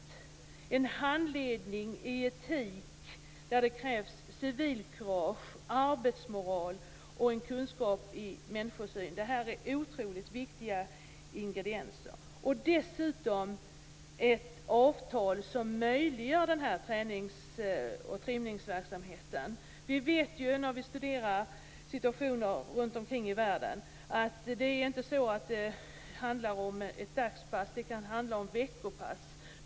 De måste få en handledning i etik där det krävs civilkurage, arbetsmoral och kunskap i människosyn. Det är otroligt viktiga ingredienser. Dessutom krävs det ett avtal som möjliggör den här tränings och trimningsverksamheten. Vi vet ju när vi studerar situationer runtom i världen att det inte handlar om dagspass. Det kan handla om veckopass.